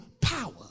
power